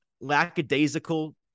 lackadaisical